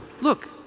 Look